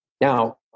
Now